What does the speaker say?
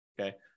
okay